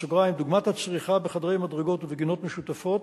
דוגמת הצריכה בחדרי מדרגות ובגינות משותפות,